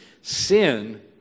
sin